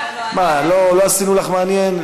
מה, לא עשינו לך מעניין?